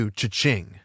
cha-ching